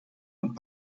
und